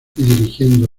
dirigiendo